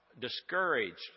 discouraged